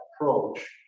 approach